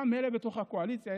מילא אתה בתוך הקואליציה,